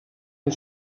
amb